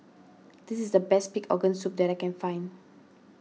this is the best Pig Organ Soup that I can find